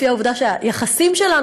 לפי העובדה שהיחסים שלנו,